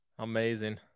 Amazing